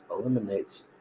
eliminates